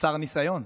חסר ניסיון,